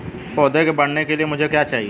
पौधे के बढ़ने के लिए मुझे क्या चाहिए?